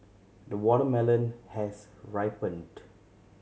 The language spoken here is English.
the watermelon has ripened